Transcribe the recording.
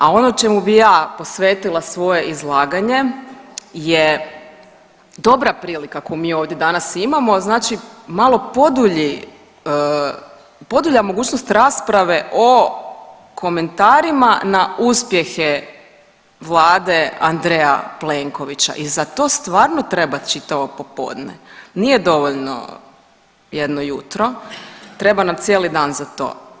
Al ono o čemu bi ja posvetila svoje izlaganje je dobra prilika koju mi ovdje danas imamo, znači malo podulji, podulja mogućnost rasprave o komentarima na uspjehe vlade Andreja Plenkovića i za to stvarno treba čitavo popodne, nije dovoljno jedno jutro, treba nam cijeli dan za to.